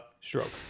stroke